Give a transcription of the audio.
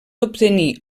obtenir